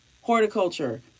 horticulture